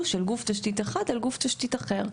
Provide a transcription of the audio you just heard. של גוף תשתית אחד על גוף תשתית אחר.